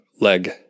leg